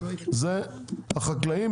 זה החקלאים,